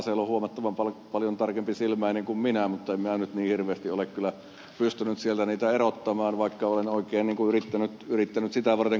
asell on huomattavan paljon tarkempisilmäinen kuin minä mutta en minä nyt niin hirveästi ole kyllä pystynyt sieltä niitä erottamaan vaikka olen oikein niin kuin yrittänyt sitä varten katsoa sitä